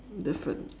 different